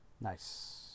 Nice